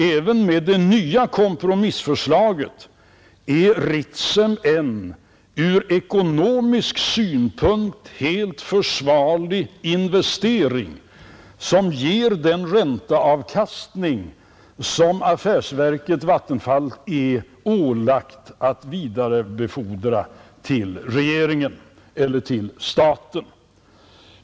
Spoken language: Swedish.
Även enligt det nya kompromissförslaget är Ritsem en ur ekonomisk synpunkt helt försvarlig investering, som ger en ränteavkastning som affärsverket Vattenfall är ålagt att vidarebefordra till staten.